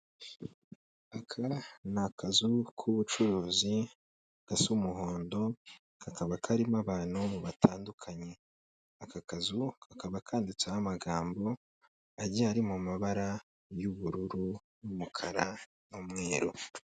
Aka ni akazu k'ubucuruzi gasa umuhondo, kakaba karimo abadamu batandukanye, aka kazu kakaba kanditseho amagambo agiye ari mu mabara y'ubururu, umukara n'umweru.